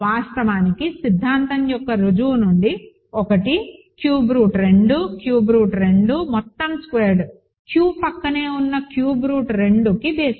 వాస్తవానికి సిద్ధాంతం యొక్క రుజువు నుండి 1 క్యూబ్ రూట్ 2 క్యూబ్ రూట్ 2 మొత్తం స్క్వేర్డ్ Q ప్రక్కనే ఉన్న క్యూబ్ రూట్ 2కి బేసిస్